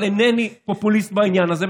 אבל אינני פופוליסט בעניין הזה,